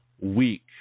week